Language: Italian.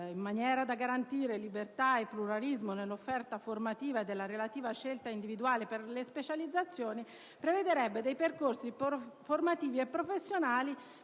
in maniera da garantire libertà e pluralismo dell'offerta formativa e della relativa scelta individuale» per le specializzazioni dei «percorsi formativi e professionali»